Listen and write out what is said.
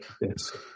Yes